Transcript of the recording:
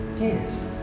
Yes